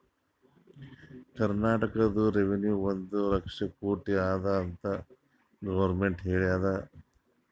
ಕರ್ನಾಟಕದು ರೆವೆನ್ಯೂ ಒಂದ್ ಲಕ್ಷ ಕೋಟಿ ಅದ ಅಂತ್ ಗೊರ್ಮೆಂಟ್ ಹೇಳ್ಯಾದ್